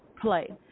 play